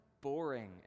boring